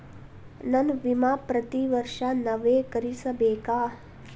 ನನ್ನ ವಿಮಾ ಪ್ರತಿ ವರ್ಷಾ ನವೇಕರಿಸಬೇಕಾ?